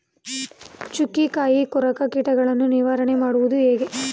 ಚುಕ್ಕಿಕಾಯಿ ಕೊರಕ ಕೀಟವನ್ನು ನಿವಾರಣೆ ಮಾಡುವುದು ಹೇಗೆ?